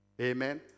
Amen